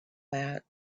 that